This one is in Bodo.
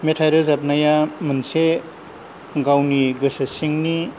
मेथाइ रोजाबनाया मोनसे गावनि गोसो सिंनि